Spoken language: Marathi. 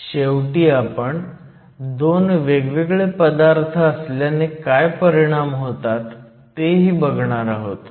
शेवटी आपण 2 वेगवेगळे पदार्थ असल्याने काय परिणाम होतात तेही बघणार आहोत